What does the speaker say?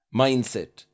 mindset